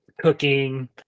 cooking